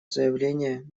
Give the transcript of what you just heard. заявление